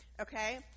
Okay